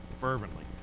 fervently